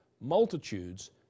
multitudes